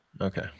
okay